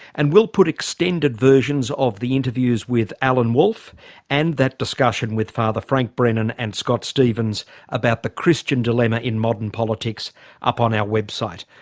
and we'll put extended versions of the interviews with alan wolfe and that discussion with father frank brennan and scott stephens about the christian dilemma in modern politics up on our website.